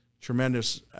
tremendous